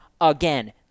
again